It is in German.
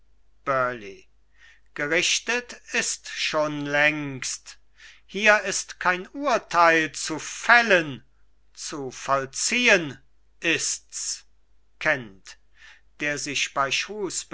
gerichtet ist schon längst hier ist kein urteil zu fällen zu vollziehen ist's kent der sich bei